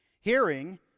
Hearing